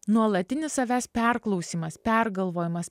nuolatinis savęs perklausymas pergalvojimas